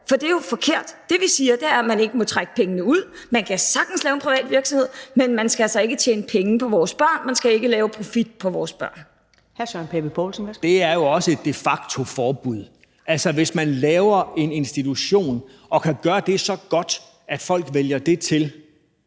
For det er jo forkert. Det, vi siger, er, at man ikke må trække penge ud. Man kan sagtens lave en privat virksomhed, men man skal altså ikke tjene penge på vores børn; man skal ikke lave profit på vores børn. Kl. 14:44 Første næstformand (Karen Ellemann): Hr. Søren Pape Poulsen, værsgo. Kl.